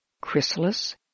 chrysalis